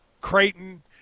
Creighton